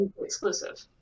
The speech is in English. Exclusive